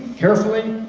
carefully,